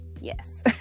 Yes